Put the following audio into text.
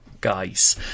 guys